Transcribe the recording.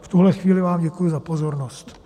V tuhle chvíli vám děkuji za pozornost.